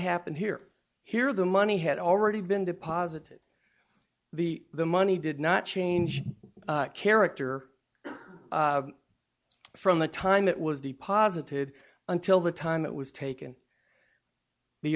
happened here here the money had already been deposited the the money did not change character from the time it was deposited until the time it was taken the